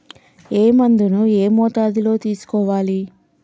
ఏ మందును ఏ మోతాదులో తీసుకోవాలి?